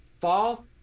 fall